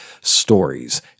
stories